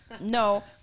No